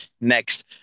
next